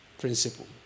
principle